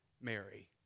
Mary